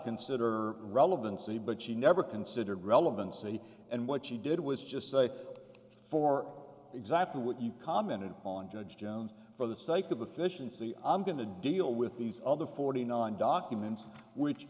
consider relevancy but she never considered relevancy and what she did was just say for example what you commented on judge jones for the sake of officiously i'm going to deal with these other forty nine documents which